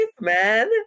man